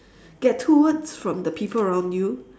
get two words from the people around you